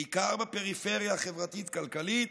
בעיקר בפריפריה החברתית-כלכלית,